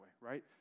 right